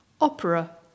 Opera